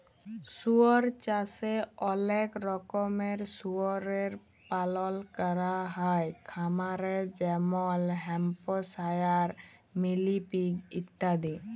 শুয়র চাষে অলেক রকমের শুয়রের পালল ক্যরা হ্যয় খামারে যেমল হ্যাম্পশায়ার, মিলি পিগ ইত্যাদি